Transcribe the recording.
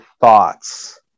thoughts